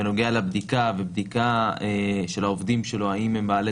בנוגע לבדיקה ובדיקה של העובדים שלו האם הם בעלי